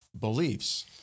beliefs